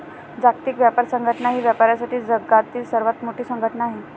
जागतिक व्यापार संघटना ही व्यापारासाठी जगातील सर्वात मोठी संघटना आहे